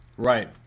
Right